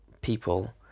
people